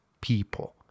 people